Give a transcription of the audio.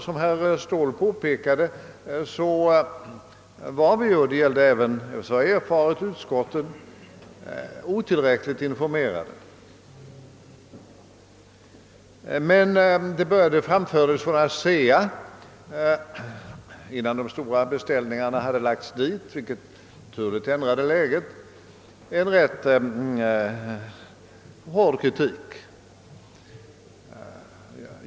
Som herr Ståhl påpekade var vi — och detta gällde även utskottet i fråga — otillräckligt informerade. Men innan de stora beställningarna lämnats till ASEA, vilket naturligtvis ändrade läget, framfördes därifrån en rätt hård kritik.